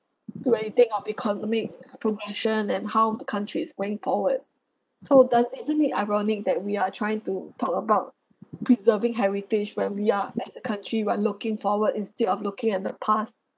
to anything of economic progression and how the country's going forward so then isn't it ironic that we are trying to talk about preserving heritage where we are as a country we are looking forward instead of looking at the past